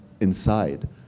inside